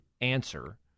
answer